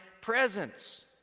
presence